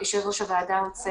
יושב ראש הוועדה רוצה